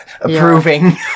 Approving